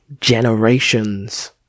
generations